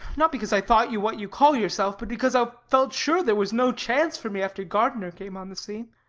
not because i thought you what you call yourself, but because i felt sure there was no chance for me after gardner came on the scene.